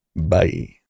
bye